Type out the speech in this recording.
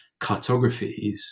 cartographies